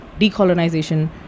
decolonization